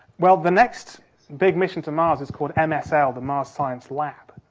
well, the next big mission to mars is called msl, the mars science lab.